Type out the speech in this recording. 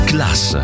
Class